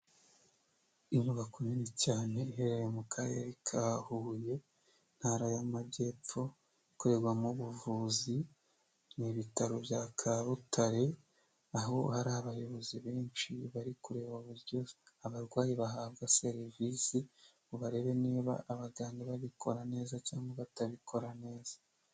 Inyubako nini cyane ihererereye mu karere ka Huye, intara y'Amajyepfo ikorerwamo ubuvuzi, ni ibitaro bya Kabutare, aho hari abayobozi benshi bari kureba uburyo abarwayi bahabwa serivisi ngo barebe niba abaganga babikora neza cyangwa batabikora neza.